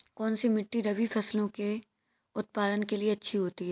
कौनसी मिट्टी रबी फसलों के उत्पादन के लिए अच्छी होती है?